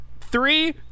Three